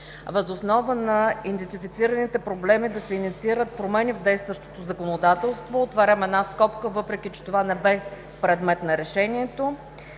въз основа на идентифицираните проблеми да се инициират промени в действащото законодателство (въпреки че това не бе предмет на решението),